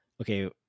okay